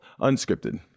Unscripted